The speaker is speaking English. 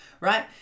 right